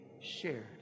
shared